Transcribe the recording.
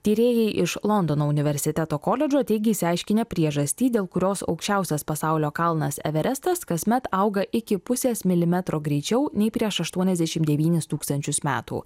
tyrėjai iš londono universiteto koledžo teigia išsiaiškinę priežastį dėl kurios aukščiausias pasaulio kalnas everestas kasmet auga iki pusės milimetro greičiau nei prieš aštuoniasdešimt devynis tūkstančius metų